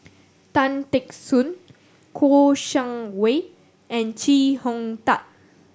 Tan Teck Soon Kouo Shang Wei and Chee Hong Tat